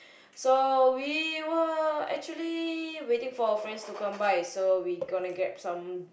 so we were actually waiting for our friends to come by so we're gonna grab some